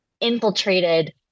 infiltrated